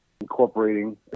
incorporating